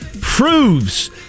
proves